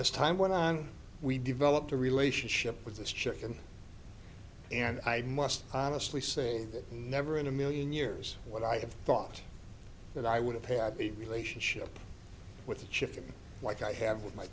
as time went on we developed a relationship with this chicken and i must honestly say that never in a million years what i have thought that i would have had a relationship with a chicken like i have with my